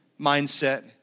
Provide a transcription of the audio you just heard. mindset